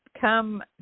come